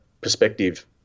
perspective